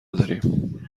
داریم